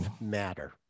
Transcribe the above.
matter